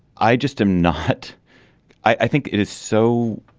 i just am not i think it is so